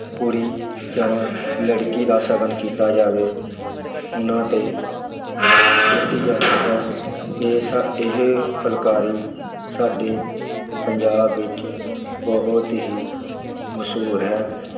ਕੁੜੀ ਜਾਂ ਲੜਕੀ ਦਾ ਸ਼ਗਨ ਕੀਤਾ ਜਾਵੇ ਉਹਨਾਂ 'ਤੇ ਕੀਤੀ ਜਾਂਦੀ ਹੈ ਇਹ ਸਾ ਇਹ ਫੁਲਕਾਰੀ ਸਾਡੇ ਪੰਜਾਬ ਵਿੱਚ ਬਹੁਤ ਹੀ ਮਸ਼ਹੂਰ ਹੈ